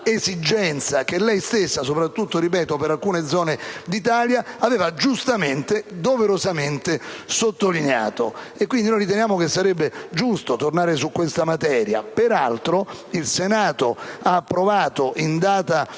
l'esigenza che, lei stessa, soprattutto per alcune zone d'Italia, aveva giustamente e doverosamente sottolineato. Riteniamo, quindi, che sarebbe giusto tornare su questa materia. Peraltro, il Senato, in data